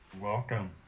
Welcome